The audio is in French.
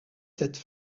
cette